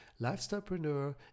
lifestylepreneur